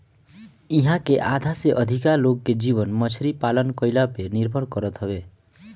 इहां के आधा से अधिका लोग के जीवन मछरी पालन कईला पे निर्भर करत हवे